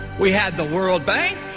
we had the world bank,